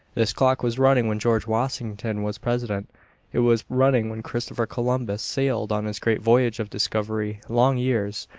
this clock was running when george washington was president it was running when christopher columbus sailed on his great voyage of discovery long years,